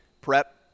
prep